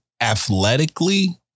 athletically